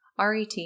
RET